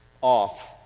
off